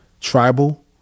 tribal